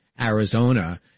Arizona